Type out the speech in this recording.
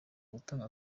gutanga